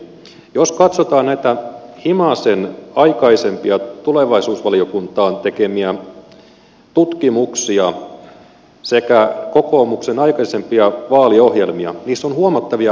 jos katsotaan näitä himasen aikaisempia tulevaisuusvaliokuntaan tekemiä tutkimuksia sekä kokoomuksen aikaisempia vaaliohjelmia niissä on huomattavia yhtäläisyyksiä